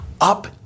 Up